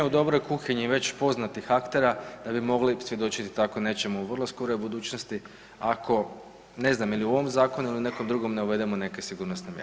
U dobroj kuhinji već poznatih aktera da bi mogli svjedočiti tako nečemu u vrlo skoroj budućnosti ako ne znam ili u ovom zakonu ili u nekom drugom ne uvedemo neke sigurnosne mjere.